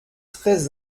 très